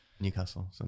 Newcastle